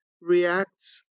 reacts